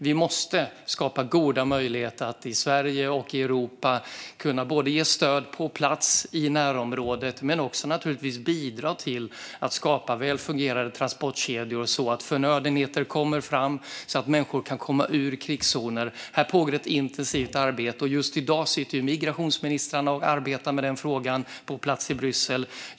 Vi måste skapa goda möjligheter att i Sverige och i Europa ge stöd på plats i närområdet och bidra till att skapa väl fungerande transportkedjor så att förnödenheter kommer fram och så att människor kan komma ut ur krigszoner. Här pågår ett intensivt arbete. Just i dag sitter migrationsministrarna och arbetar med frågan på plats i Bryssel.